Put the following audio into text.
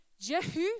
Jehu